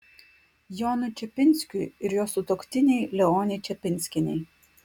jonui čepinskiui ir jo sutuoktinei leonei čepinskienei